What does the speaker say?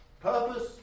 Purpose